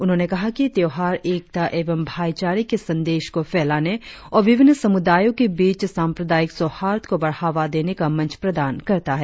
उन्होंने कहा कि त्योहार एकता एवं भाईचारे के संदेश को फैलाने और विभिन्न समुदायों के बीच सांप्रदायिक सौहार्द को बढ़ावा देने का मंच प्रदान करता है